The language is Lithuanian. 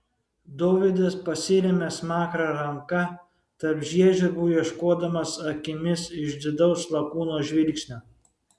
dovydas pasiremia smakrą ranka tarp žiežirbų ieškodamas akimis išdidaus lakūno žvilgsnio